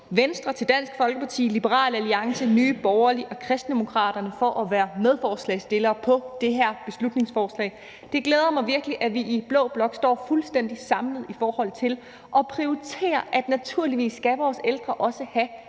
Venstre, Dansk Folkeparti, Liberal Alliance, Nye Borgerlige og Kristendemokraterne for at være medforslagsstillere på det her beslutningsforslag. Det glæder mig virkelig, at vi i blå blok står fuldstændig samlet i forhold til at prioritere, at naturligvis skal vores ældre også have